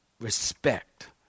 respect